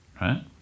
right